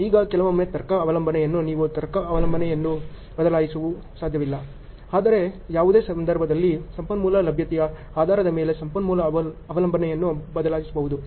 ಈಗ ಕೆಲವೊಮ್ಮೆ ತರ್ಕ ಅವಲಂಬನೆಯನ್ನು ನೀವು ತರ್ಕ ಅವಲಂಬನೆಯನ್ನು ಬದಲಾಯಿಸಲು ಸಾಧ್ಯವಿಲ್ಲ ಆದರೆ ಯಾವುದೇ ಸಮಯದಲ್ಲಿ ಸಂಪನ್ಮೂಲ ಲಭ್ಯತೆಯ ಆಧಾರದ ಮೇಲೆ ಸಂಪನ್ಮೂಲ ಅವಲಂಬನೆಯನ್ನು ಬದಲಾಯಿಸಬಹುದು